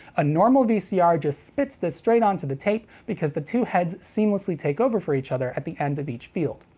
a normal vcr just spits this straight onto the tape because the two heads seamlessly take over for each other at the end of each field.